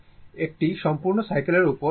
একটি সম্পূর্ণ সাইকেলের উপর অ্যাভারেজ মান হল 0